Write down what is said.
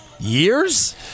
years